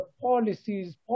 policies